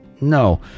no